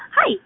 Hi